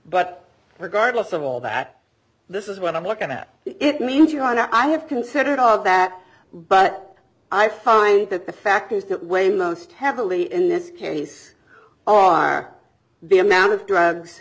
but regardless of all that this is what i'm looking at it means your honor i have considered all of that but i find that the fact is that way most heavily in this case or are the amount of drugs